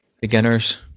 beginners